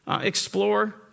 explore